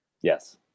Yes